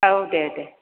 औ दे दे